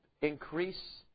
increase